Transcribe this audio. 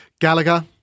Gallagher